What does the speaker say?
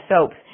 soaps